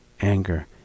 Anger